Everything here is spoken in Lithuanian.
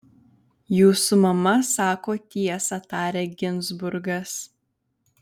jūsų mama sako tiesą tarė ginzburgas